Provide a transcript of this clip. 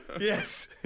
yes